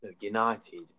United